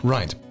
Right